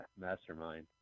mastermind